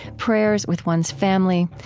prayers with one's family.